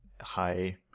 high